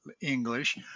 English